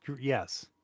Yes